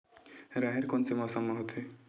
राहेर कोन से मौसम म होथे?